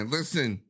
Listen